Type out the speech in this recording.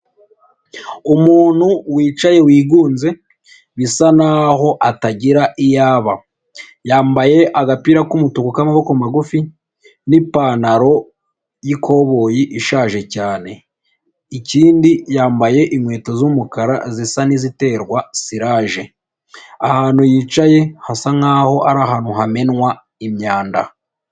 Umuntu wicaye wigunze bisa naho atagira iyo aba. Yambaye agapira k'umutuku k'amaboko magufi n'ipantaro y'ikoboyi ishaje cyane. Ikindi yambaye inkweto z'umukara zisa n'iziterwa siraje. Ahantu yicaye hasa nkaho ari ahantu hamenwa imyanda.